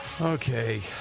Okay